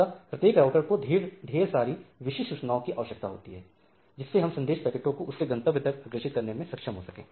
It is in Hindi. अतः प्रत्येक राउटर को ढेर सारी विशिष्ट सूचनाओं की आवश्यकता होती है जिससे वह संदेश पैकेट को उसके गंतव्य तक अग्रेषित करने में सक्षम हो सके